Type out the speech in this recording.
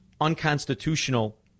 unconstitutional